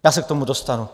Já se k tomu dostanu.